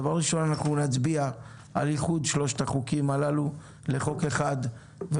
דבר ראשון אנחנו נצביע על איחוד שלושת החוקים הללו לחוק אחד.